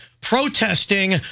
protesting